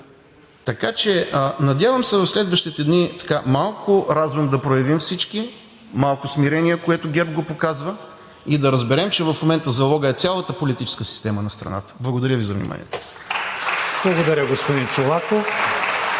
изтекло.) Надявам се в следващите дни малко разум да проявим всички, малко смирение, което ГЕРБ го показва, и да разберем, че в момента залогът е цялата политическа система на страната. Благодаря Ви за вниманието! (Ръкопляскания от ГЕРБ-СДС.)